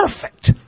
perfect